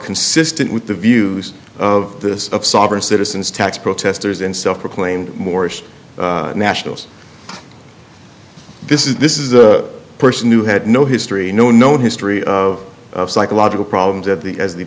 consistent with the views of this of sovereign citizens tax protesters and self proclaimed morrish nationals this is this is a person who had no history no known history of psychological problems that the as the